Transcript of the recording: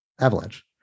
Avalanche